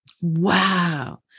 Wow